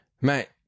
Mate